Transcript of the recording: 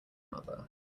mother